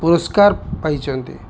ପୁରସ୍କାର ପାଇଛନ୍ତି